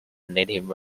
native